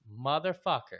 motherfucker